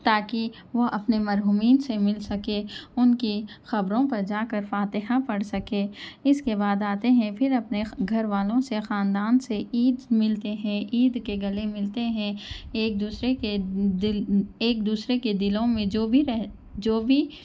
تا کہ وہ اپنے مرحومین سے مل سکے ان کی قبروں پر جا کر فاتحہ پڑھ سکے اس کے بعد آتے ہیں پھر اپنے گھر والوں سے خاندان سے عید ملتے ہیں عید کے گلے ملتے ہیں ایک دوسرے کے دل ایک دوسرے کے دلوں میں جو بھی رہ جو بھی